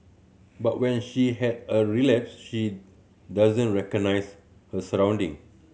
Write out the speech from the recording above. but when she has a relapse she doesn't recognise her surrounding